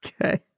Okay